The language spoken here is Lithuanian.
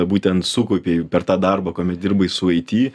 būtent sukaupei per tą darbą kuomet dirbai su it